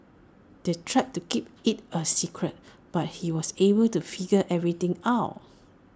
they tried to keep IT A secret but he was able to figure everything out